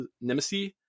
nemesis